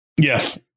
Yes